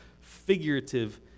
figurative